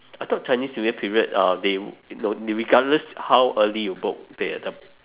I thought chinese new year period uh they no they regardless how early you book they the